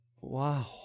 Wow